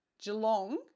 Geelong